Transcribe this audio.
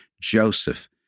Joseph